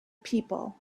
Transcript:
people